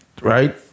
Right